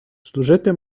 служити